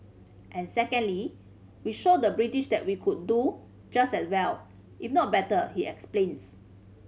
and secondly we showed the British that we could do just as well if not better he explains